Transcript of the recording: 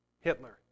Hitler